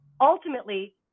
ultimately